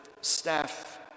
staff